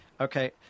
Okay